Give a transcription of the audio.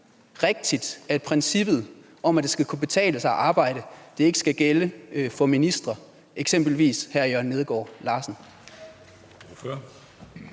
at princippet om, at det skal kunne betale sig at arbejde, ikke skal gælde for ministre, eksempelvis hr. Jørgen Neergaard Larsen